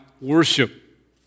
worship